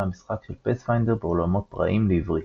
המשחק של פאת'פיינדר בעולמות פראיים לעברית.